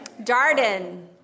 Darden